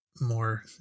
more